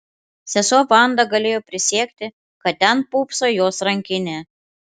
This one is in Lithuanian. sesuo vanda galėjo prisiekti kad ten pūpso jos rankinė